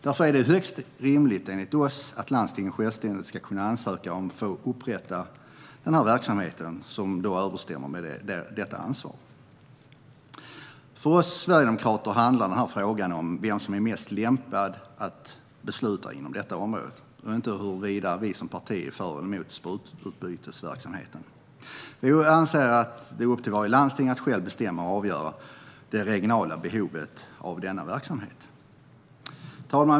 Därför är det enligt oss högst rimligt att landstingen självständigt ska kunna ansöka om att få upprätta verksamheten, som då överensstämmer med detta ansvar. För oss sverigedemokrater handlar frågan om vem som är mest lämpad att besluta inom detta område och inte om huruvida vi som parti är för eller emot sprututbytesverksamheten. Vi anser att det är upp till varje landsting att självt bestämma och avgöra det regionala behovet av denna verksamhet. Herr talman!